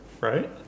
Right